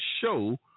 show